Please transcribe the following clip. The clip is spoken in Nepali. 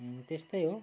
त्यस्तै हो